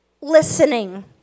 Listening